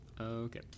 Okay